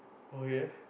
okay